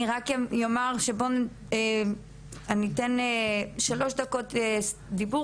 אני רק אומר שאני אתן שלוש דקות של דיבור